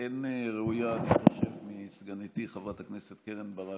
ואני חושב שאין ראויה מסגניתי חברת הכנסת קרן ברק,